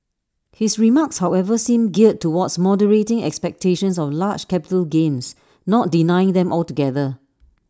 his remarks however seem geared towards moderating expectations of large capital gains not denying them altogether